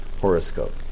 horoscope